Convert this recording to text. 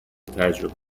تجربه